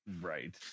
right